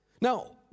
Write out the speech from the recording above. Now